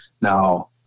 Now